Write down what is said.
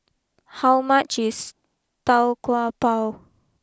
how much is Tau Kwa Pau